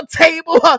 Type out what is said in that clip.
table